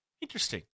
interesting